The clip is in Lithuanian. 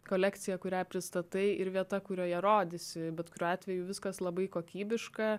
kolekciją kurią pristatai ir vieta kurioje rodysi bet kuriuo atveju viskas labai kokybiška